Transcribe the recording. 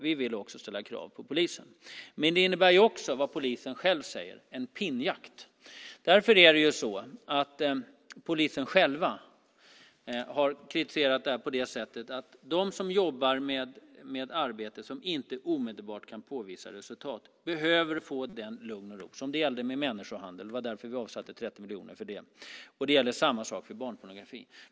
Vi vill också ställa krav på polisen. Men det innebär också det polisen själv säger: en pinnjakt. Polisen själv har kritiserat det. De som jobbar med ett arbete som inte omedelbart kan påvisa resultat behöver få den lugn och ro som gavs när det gällde människohandel. Det var därför vi avsatte 30 miljoner för det. Det gäller samma sak för barnpornografi.